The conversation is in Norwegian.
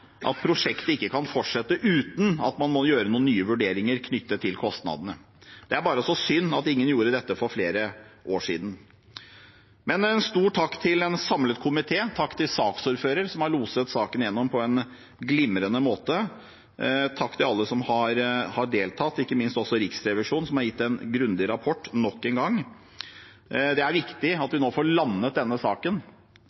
at prosjektet ikke kan fortsette uten at man må gjøre noen nye vurderinger knyttet til kostnadene. Det er bare så synd at ingen gjorde dette for flere år siden. Men jeg vil gi en stor takk til en samlet komité. Takk til saksordføreren, som har loset saken gjennom på en glimrende måte. Takk til alle som har deltatt, ikke minst Riksrevisjonen, som har gitt en grundig rapport nok en gang. Det er viktig at